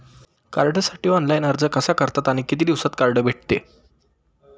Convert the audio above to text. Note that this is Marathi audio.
कार्डसाठी ऑनलाइन अर्ज कसा करतात आणि किती दिवसांत कार्ड भेटते?